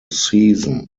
season